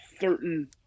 certain